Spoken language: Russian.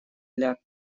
для